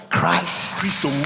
Christ